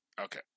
Okay